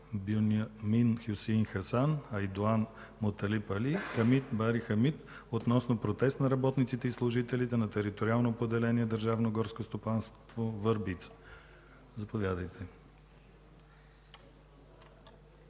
Бюнямин Хюсеин Хасан, Айдоан Муталиб Али, Хамид Хамид относно протеста на работниците и служителите на териториално поделение Държавно и горско стопанство Върбица. Заповядайте.